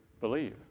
believe